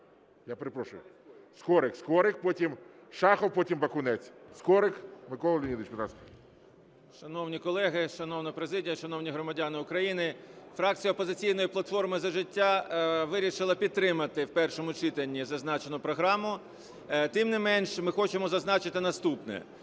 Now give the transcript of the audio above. Шановні колеги, шановна президія, шановні громадяни України! Фракція "Опозиційна платформа – За життя" вирішила підтримати в першому читанні зазначену програму. Тим не менш, ми хочемо зазначити наступне.